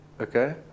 Okay